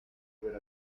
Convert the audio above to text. per